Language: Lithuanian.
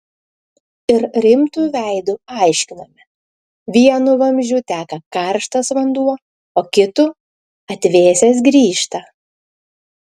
ir rimtu veidu aiškinome vienu vamzdžiu teka karštas vanduo o kitu atvėsęs grįžta